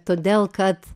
todėl kad